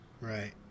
Right